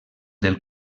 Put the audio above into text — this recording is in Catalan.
del